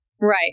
right